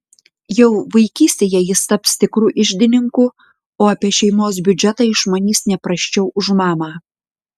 jau vaikystėje jis taps tikru iždininku o apie šeimos biudžetą išmanys ne prasčiau už mamą